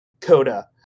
coda